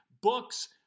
Books